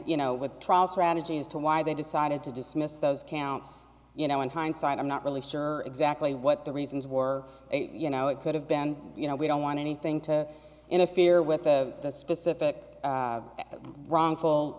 you know with trial strategy as to why they decided to dismiss those counts you know in hindsight i'm not really sure exactly what the reasons were you know it could have been you know we don't want anything to interfere with the specific wrongful